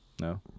No